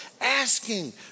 asking